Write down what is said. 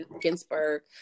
Ginsburg